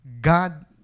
God